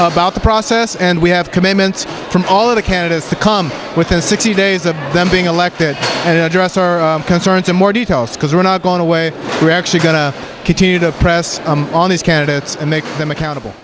about the process and we have commitments from all of the candidates to come within sixty days of them being elected and address our concerns in more details because we're not going away we're actually going to continue to press on these candidates and make them accountable